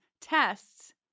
tests